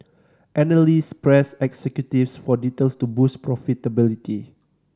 analysts pressed executives for details to boost profitability